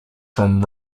from